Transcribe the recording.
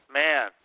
man